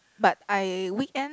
but I weekend